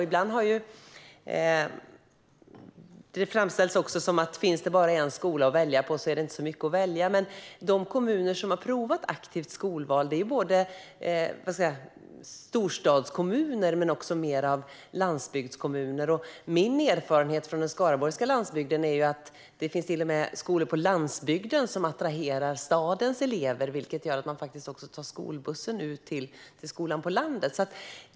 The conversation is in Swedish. Ibland har det framställts som att om det bara finns en skola att välja är det inte så mycket att välja. Men när det gäller de kommuner som har provat aktivt skolval - både storstadskommuner och landsbygdskommuner - är min erfarenhet från den skaraborgska landsbygden att det till och med finns skolor på landsbygden som attraherar stadens elever. Det gör att man också kan ta skolbussen ut till skolan på landet.